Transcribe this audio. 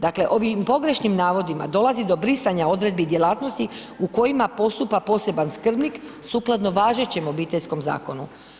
Dakle ovim pogrešnim navodima dolazi do brisanja odredbi djelatnosti u kojima postupa poseban skrbnik sukladno važećem Obiteljskom zakonu.